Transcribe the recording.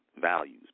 values